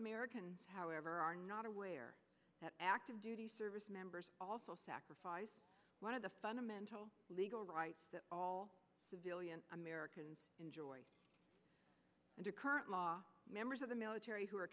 american however are not aware that active duty service members also sacrifice one of the fundamental legal rights that all civilian americans enjoy under current law members of the military who are